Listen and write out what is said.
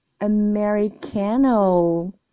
Americano